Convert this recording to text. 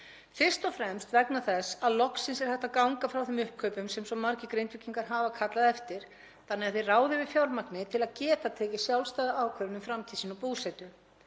fyrst og fremst vegna þess að loksins er hægt að ganga frá þeim uppkaupum sem svo margir Grindvíkingar hafa kallað eftir þannig að þeir ráði yfir fjármagni til að geta tekið sjálfstæða ákvörðun um framtíð sína og búsetu